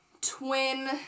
twin